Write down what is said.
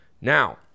Now